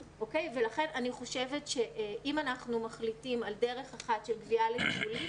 לכן אני חושבת שאם אנחנו מחליטים על דרך אחת של גבייה לטיולים,